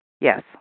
Yes